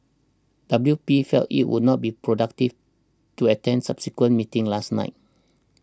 W P felt it would not be productive to attend subsequent meeting last night